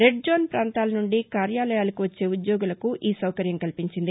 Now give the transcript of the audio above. రెడ్జోస్ ప్రాంతాల నుండి కార్యాలయాలకు వచ్చే ఉద్యోగులకు ఈ సౌకర్యం కల్పించింది